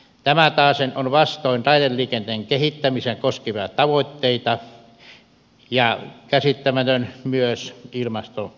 tämä taasen on vastoin raideliikenteen kehittämistä koskevia tavoitteita ja käsittämätöntä myös ilmastovaikutusten kannalta